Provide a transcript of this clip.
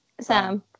Sam